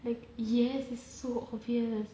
like yes it's so obvious